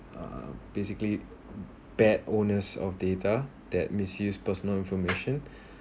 uh basically bad owners of data that misuse personal information